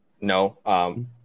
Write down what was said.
No